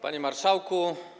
Panie Marszałku!